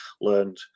learned